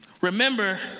Remember